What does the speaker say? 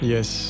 Yes